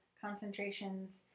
concentrations